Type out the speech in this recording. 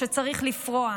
שצריך לפרוע,